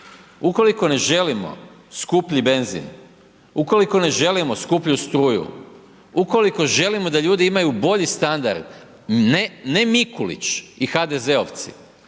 Ukoliko ne želimo skuplji benzin, ukoliko ne želimo skuplju struju, ukoliko želimo da ljudi imaju bolji standard, ne Mikulić i HDZ-ovci